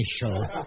initial